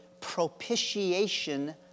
propitiation